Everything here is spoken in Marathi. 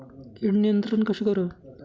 कीड नियंत्रण कसे करावे?